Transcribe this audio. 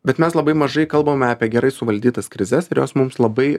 bet mes labai mažai kalbame apie gerai suvaldytas krizes ir jos mums labai